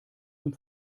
zum